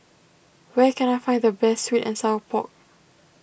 where can I find the best Sweet and Sour Pork